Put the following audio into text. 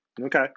Okay